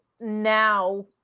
now